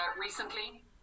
recently